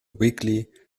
weekly